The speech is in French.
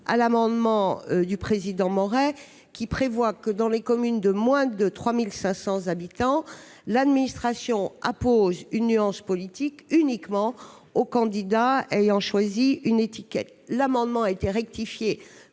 L'amendement du président Maurey a pour objet de préciser que dans les communes de moins de 3 500 habitants, l'administration appose une nuance politique uniquement aux candidats ayant choisi une étiquette. Cet amendement a été rectifié,